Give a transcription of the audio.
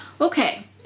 Okay